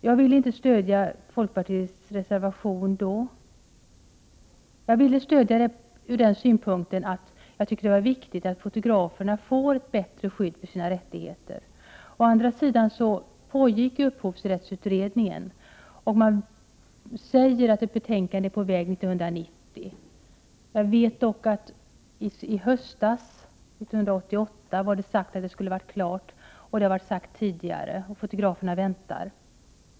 Jag ville inte stödja folkpartiets reservation då, men jag tycker att det är viktigt att fotograferna får ett bättre skydd för sina rättigheter. Å andra sidan pågår upphovsrättsutredningen, och man säger att ett betänkande är på väg och kommer under 1990. Jag vet dock att det har sagts att det skulle vara klart hösten 1988 och även tidigare, och fotograferna väntar.